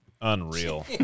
Unreal